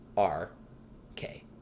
R-K